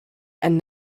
and